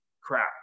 crap